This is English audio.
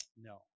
No